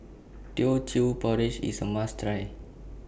Teochew Porridge IS A must Try